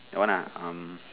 that one lah um